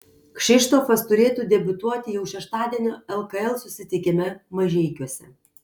kšištofas turėtų debiutuoti jau šeštadienio lkl susitikime mažeikiuose